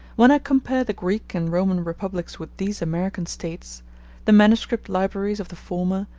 when i compare the greek and roman republics with these american states the manuscript libraries of the former,